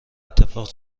اتفاق